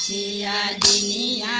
yeah d